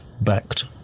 backed